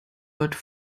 heute